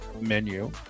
menu